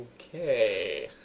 Okay